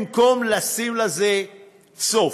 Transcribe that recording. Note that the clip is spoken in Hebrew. במקום לשים לזה סוף.